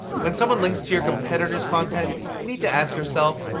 when someone links to your competitors' content, you need to ask yourself,